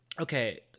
Okay